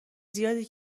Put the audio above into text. زیادی